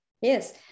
Yes